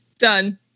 Done